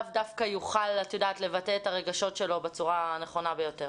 לאו דווקא יוכל לבטא את הרגשות שלו בצורה הנכונה ביותר.